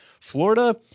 Florida